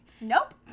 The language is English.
Nope